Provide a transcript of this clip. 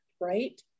right